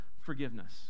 forgiveness